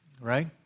right